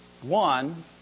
One